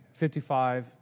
55